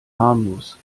harmlos